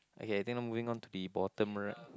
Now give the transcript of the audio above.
okay I think I'm moving on to the bottom right